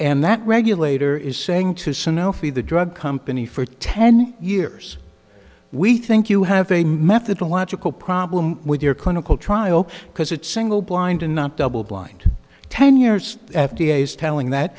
and that regulator is saying to sanofi the drug company for ten years we think you have a methodological problem with your clinical trial because it's single blind and not double blind ten years f d a is telling that